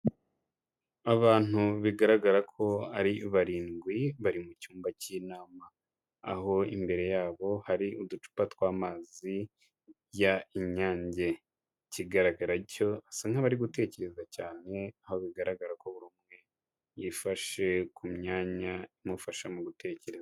Abantu bigaragara ko ari barindwi bari mu cyumba cy'inama, aho imbere yabo hari uducupa tw'amazi ya INYANGE. Ikigaragara cyo basa nk'abari gutekereza cyane aho bigaragara ko buri yifashe ku myanya imufasha mu gutekereza.